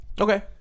Okay